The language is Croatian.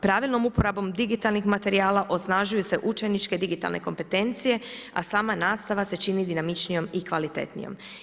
Pravilnom uporabom digitalnih materijala osnažuju se učeničke digitalne kompetencije a sama nastava se čini dinamičnijom i kvalitetnijom.